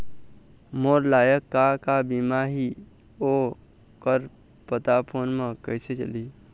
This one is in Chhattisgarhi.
मोर लायक का का बीमा ही ओ कर पता फ़ोन म कइसे चलही?